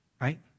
right